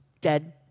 dead